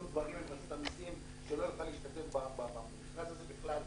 ודברים עם רשות המסים שלא יוכל להשתתף במכרז הזה בכלל.